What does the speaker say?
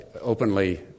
openly